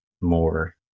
more